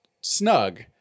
snug